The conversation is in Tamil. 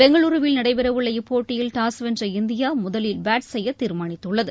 பெங்களுருவில் நடைபெறவுள்ள இப்போட்டியில் டாஸ் வென்ற இந்தியா முதலில் பேட் செய்ய தீர்மானித்துள்ளது